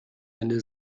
ende